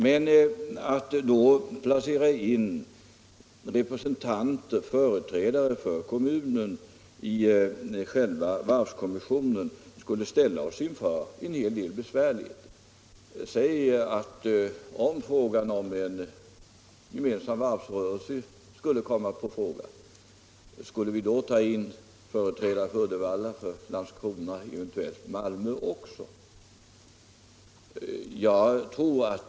Men att placera in företrädare för kommunen i själva varvskommissionen skulle ställa oss inför en hel del besvärligheter. Skulle vi om frågan om en gemensam varvsrörelse kom upp ta in företrädare för Uddevalla, Landskrona och Malmö kommuner också?